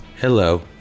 Hello